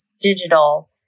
digital